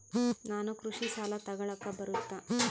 ನಾನು ಕೃಷಿ ಸಾಲ ತಗಳಕ ಬರುತ್ತಾ?